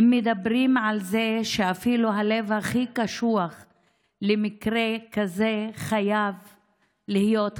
מדברים על זה שאפילו ללב הכי קשוח במקרה כזה חייבת להיות חמלה.